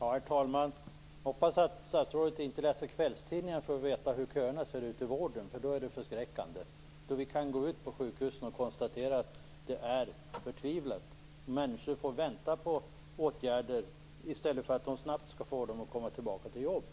Herr talman! Jag hoppas att statsrådet inte läser kvällstidningarna för att få reda på hur köerna i vården ser ut. Om hon gör det är det förskräckande. Om man går ut på sjukhusen kan man konstatera att läget är förtvivlat. Människor får vänta på åtgärder i stället för att snabbt få vård och kunna komma tillbaka arbetet.